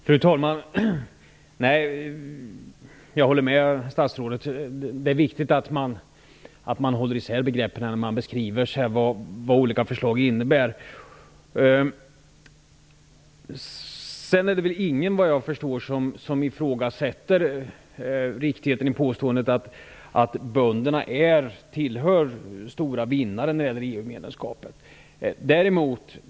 Fru talman! Jag håller med statsrådet om att det är viktigt att hålla isär begreppen när man beskriver vad olika förslag innebär. Vad jag förstår är det ingen som ifrågasätter riktigheten i påståendet att bönderna tillhör de stora vinnarna på EU-medlemskapet.